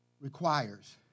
requires